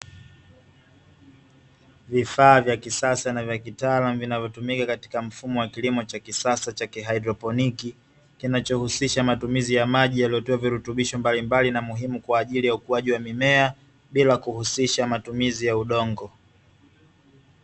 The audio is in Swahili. Vifaa vya kisasa na vya kitaalamu vinavyotumika katika mfumo wa kilimo cha kisasa cha kihaidroponi, kinachohusisha matumizi ya maji yaliyotiwa vitutubisho mbalimbali na muhimu kwa ajili ya ukuaji wa mimea bila kuhusisha matumizi ya udongo.